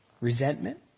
resentment